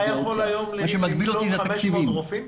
אתה יכול היום לקלוט 500 רופאים?